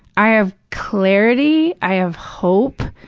i have clarity, i have hope,